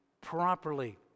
properly